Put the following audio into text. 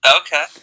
Okay